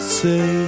say